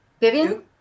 Vivian